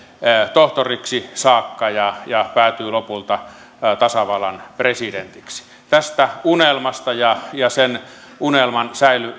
tohtoriksi saakka ja ja päätyy lopulta tasavallan presidentiksi tästä unelmasta ja ja sen unelman